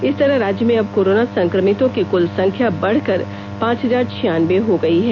इस तरह राज्य में अब कोरोना संक्रमितों की कुल संख्या बढ़कर पांच हजार छियान्बे हो गई है